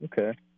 okay